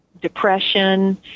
depression